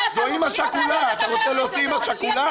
אתה רוצה להוציא אמא שכולה?